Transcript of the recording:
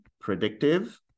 predictive